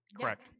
Correct